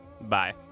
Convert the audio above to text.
Bye